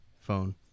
phone